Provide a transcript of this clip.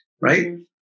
right